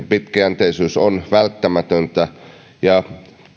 pitkäjänteisyys on välttämätöntä ja